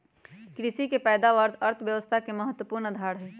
कृषि के पैदावार अर्थव्यवस्था के महत्वपूर्ण आधार हई